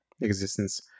existence